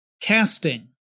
casting